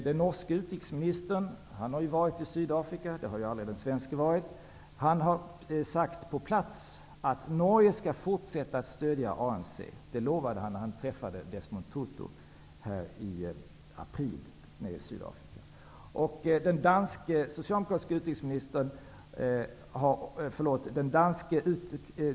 Den norske utrikesministern har varit i Sydafrika, vilket aldrig den svenska utrikesministern har varit. Han har på plats sagt att Norge skall fortsätta stödja ANC. Det lovade han när han träffade Desmond Tutu i april i Sydafrika.